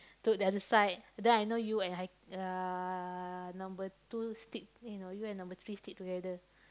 to the other side then I know you and Hai~ uh number two stick eh no you and number three stick together